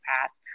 Past